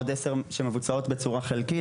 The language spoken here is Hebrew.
עוד 10 שמבוצעות בצורה חלקית,